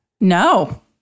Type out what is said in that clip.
No